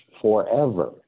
forever